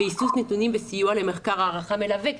ואיסוף נתונים וסיוע למחקר הערכה מלווה.